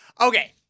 Okay